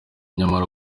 nyamara